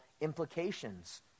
implications